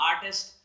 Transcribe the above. artist